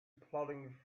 plodding